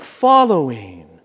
Following